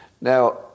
Now